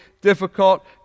difficult